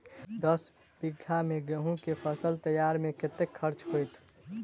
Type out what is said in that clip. दस बीघा मे गेंहूँ केँ फसल तैयार मे कतेक खर्चा हेतइ?